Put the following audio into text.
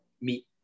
meet